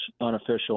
unofficial